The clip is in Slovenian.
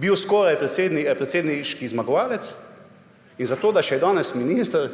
bil skoraj predsedniški zmagovalec in da je še danes minister,